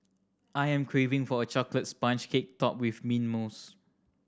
I am craving for a chocolate sponge cake topped with mint mousse